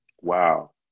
wow